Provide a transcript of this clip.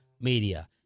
media